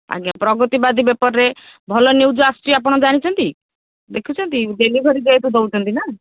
ଆଜ୍ଞା ପ୍ରଗଦିବାଦୀ ପେପରରେ ଭଲ ନିୟୁଜ୍ ଆସୁଛି ଆପଣ ଜାଣିଛନ୍ତି ଦେଖିଛନ୍ତି ଡେଲିଭରି ଯେହେତୁ ଦେଉଛନ୍ତି ନା